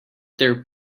their